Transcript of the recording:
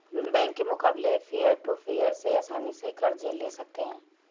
bank के मुकाबले peer to peer से आसनी से कर्ज ले सकते है